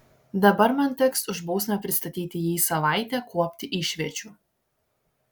dabar man teks už bausmę pristatyti jį savaitę kuopti išviečių